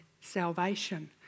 salvation